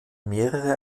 mehrere